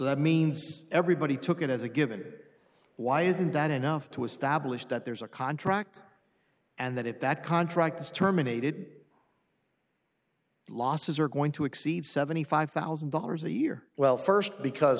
that means everybody took it as a given why isn't that enough to establish that there's a contract and that if that contract is terminated losses are going to exceed seventy five thousand dollars a year well first because